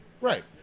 Right